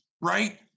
right